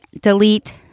Delete